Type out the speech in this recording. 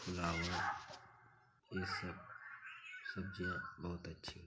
फल और ये सब सब्जियाँ बहोत अच्छी